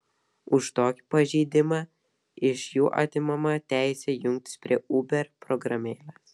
už tokį pažeidimą iš jų atimama teisė jungtis prie uber programėlės